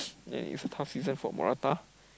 and it's a tough season for Morata